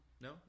No